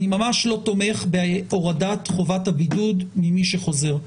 אני ממש לא תומך בהורדת חובת הבידוד ממי שחוזר.